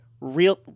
real